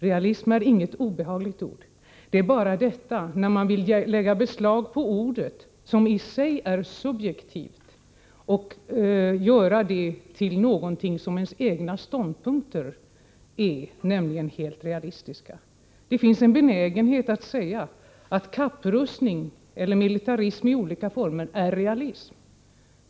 Realism är inget obehagligt ord. Det är obehagligt bara när somliga vill lägga beslag på ordet, som i sig är subjektivt, och utnämna sina egna ståndpunkter till de helt realistiska. Det finns en benägenhet att säga att kapprustning eller militarism i olika former är realism.